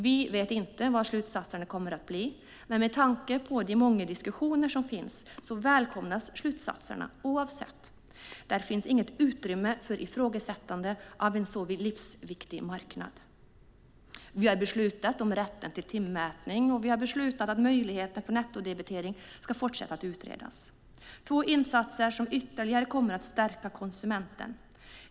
Vi vet inte vad slutsatserna kommer att bli, men med tanke på de många diskussioner som finns välkomnas slutsatserna oavsett. Det finns inte utrymme för ifrågasättande av en så livsviktig marknad. Vi har beslutat om rätten till timmätning och att möjligheten för nettodebitering ska fortsätta utredas. Det är två insatser som ytterligare kommer att stärka konsumenten.